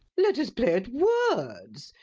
let us play at words.